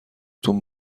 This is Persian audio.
تون